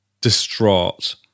distraught